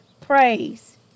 praise